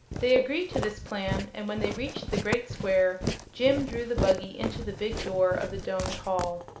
they agreed to this plan, and when they reached the great square jim drew the buggy into the big door of the domed hall.